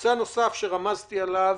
נושא נוסף שרמזתי עליו,